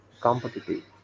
competitive